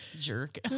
Jerk